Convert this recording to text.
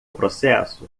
processo